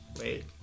Wait